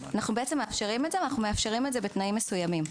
אנחנו מאפשרים את זה בתנאים מסוימים.